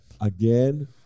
Again